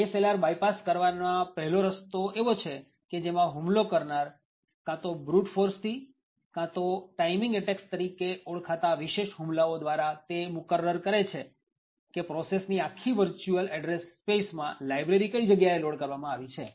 ASLR bypass કરવાના રસ્તાઓમાં પહેલો રસ્તો એવો છે કે જેમાં હુમલો કરનાર કાં તો બ્રુટ ફોર્સ થી અથવા તો ટાઇમિંગ એટેફસ તરીકે ઓળખાતા વિશેષ હુમલાઓ દ્વારા તે મુકરર કરે છે કે પ્રોસેસ ની આખી વર્ચ્યુઅલ એડ્રેસ સ્પેસ માં લાયબ્રેરી કઈ જગ્યાએ લોડ કરવામાં આવી છે